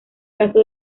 caso